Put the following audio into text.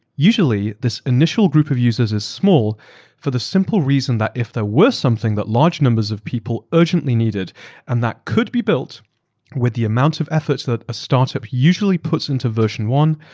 usually, this initial group of users is small for the simple reason that if there were something that large numbers of people urgently needed and that could be built with the amount of efforts that a startup usually puts into version one,